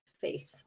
faith